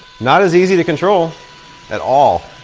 not as easy to control at all.